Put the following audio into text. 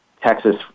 Texas